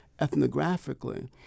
ethnographically